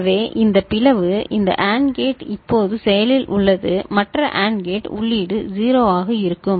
எனவே இந்த பிளவு இந்த AND கேட் இப்போது செயலில் உள்ளது மற்ற AND கேட் உள்ளீடு 0 ஆக இருக்கும்